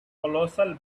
colossal